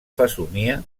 fesomia